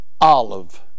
olive